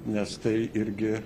nes tai irgi